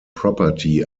property